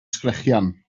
sgrechian